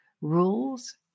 rules